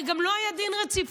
הרי גם לא היה דין רציפות.